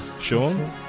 Sean